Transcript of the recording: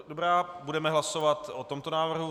Dobrá, budeme hlasovat o tomto návrhu.